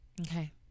Okay